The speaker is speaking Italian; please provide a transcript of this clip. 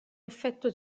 effetto